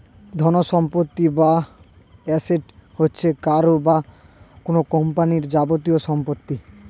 ধনসম্পত্তি বা অ্যাসেট হচ্ছে কারও বা কোন কোম্পানির যাবতীয় সম্পত্তি